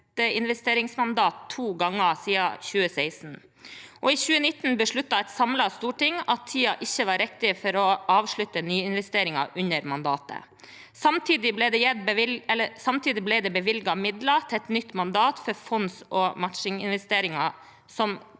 direkteinvesteringsmandat to ganger siden 2016, og i 2019 besluttet et samlet storting at tiden ikke var riktig for å avslutte nyinvesteringer under mandatet. Samtidig ble det bevilget midler til et nytt mandat for fonds- og matchinginvesteringer, som